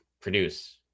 produce